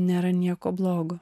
nėra nieko blogo